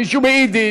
מישהו ביידיש,